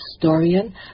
historian